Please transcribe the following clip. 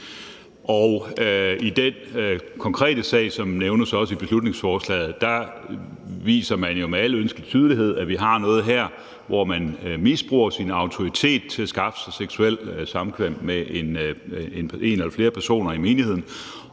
i den konkrete sag, som også nævnes i beslutningsforslaget, viser man jo med al ønskelig tydelighed, at vi har noget her, hvor man misbruger sin autoritet til at skaffe sig seksuelt samkvem med en eller flere personer i menigheden,